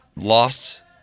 lost